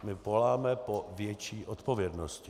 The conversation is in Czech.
My voláme po větší odpovědnosti.